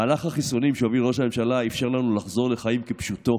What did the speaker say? מהלך החיסונים שהוביל ראש הממשלה אפשר לנו לחזור לחיים כפשוטו,